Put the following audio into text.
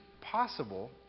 possible